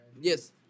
Yes